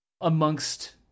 amongst